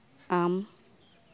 ᱟᱢ